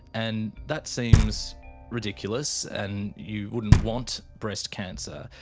and that seems ridiculous and you wouldn't want breast cancer,